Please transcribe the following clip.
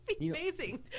amazing